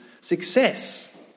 success